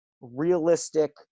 realistic